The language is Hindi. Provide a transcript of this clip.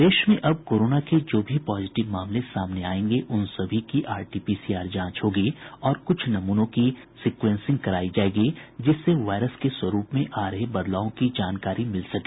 प्रदेश में अब कोरोना के जो भी पॉजिटिव मामले सामने आयेंगे उन सभी की आरटीपीसीआर जांच होगी और कुछ नमूनों की जीन सिक्वेंसिंग करायी जायेगी जिससे वायरस के स्वरूप में आ रहे बदलावों की जानकारी मिल सके